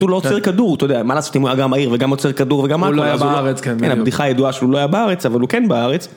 הוא לא עוצר כדור, מה לעשות אם הוא היה גם מהיר, וגם עוצר כדור, וגם הכול -הוא לא היה בארץ, -כן, הבדיחה הידועה שהוא לא היה בארץ, אבל הוא כן בארץ.